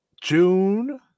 June